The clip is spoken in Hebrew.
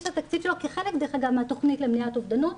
התקציב שלו כחלק מהתכנית למניעת אובדנות,